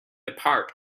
apart